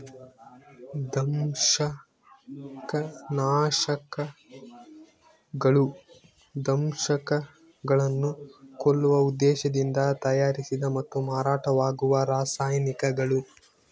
ದಂಶಕನಾಶಕಗಳು ದಂಶಕಗಳನ್ನು ಕೊಲ್ಲುವ ಉದ್ದೇಶದಿಂದ ತಯಾರಿಸಿದ ಮತ್ತು ಮಾರಾಟವಾಗುವ ರಾಸಾಯನಿಕಗಳು